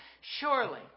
Surely